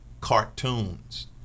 cartoons